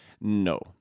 No